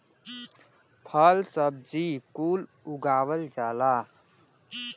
फल सब्जी कुल उगावल जाला